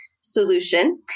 solution